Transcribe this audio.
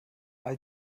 all